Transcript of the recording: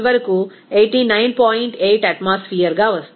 8 atmosphere గా వస్తోంది